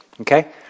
Okay